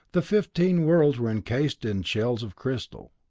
the fifteen worlds were encased in shells of crystal.